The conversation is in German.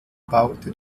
baute